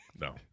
No